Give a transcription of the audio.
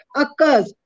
occurs